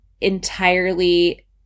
entirely